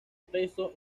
preso